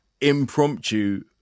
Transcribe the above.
impromptu